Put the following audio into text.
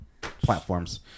platforms